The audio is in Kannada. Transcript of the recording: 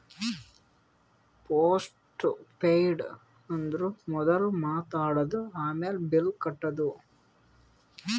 ಪೋಸ್ಟ್ ಪೇಯ್ಡ್ ಅಂದುರ್ ಮೊದುಲ್ ಮಾತ್ ಆಡದು, ಆಮ್ಯಾಲ್ ಬಿಲ್ ಕಟ್ಟದು